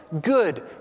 good